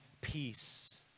peace